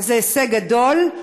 זה הישג גדול.